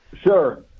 Sure